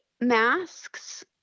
masks